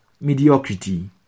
mediocrity